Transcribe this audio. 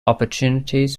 opportunities